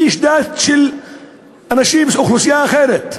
איש דת של אוכלוסייה אחרת.